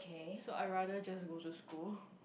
so I rather just go just go